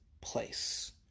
place